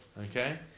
Okay